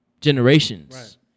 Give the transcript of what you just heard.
generations